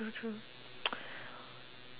true true